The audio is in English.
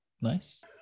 Nice